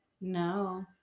No